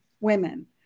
women